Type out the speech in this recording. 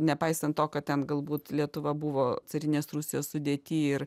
nepaisant to kad ten galbūt lietuva buvo carinės rusijos sudėty ir